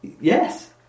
Yes